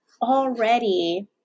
already